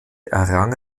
errang